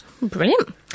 Brilliant